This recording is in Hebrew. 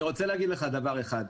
אני רוצה להגיד לך דבר אחד,